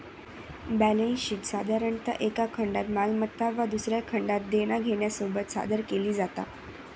balance शीटसाधारणतः एका खंडात मालमत्ता व दुसऱ्या खंडात देना घेण्यासोबत सादर केली जाता